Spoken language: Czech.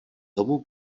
tomu